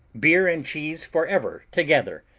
beer and cheese forever together,